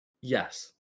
yes